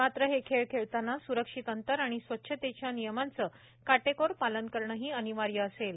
मात्र हे खेळ खेळताना सुरक्षित अंतर आणि स्वच्छतेच्या नियमांचं काटेकोर पालन करणही अनिवार्य असेल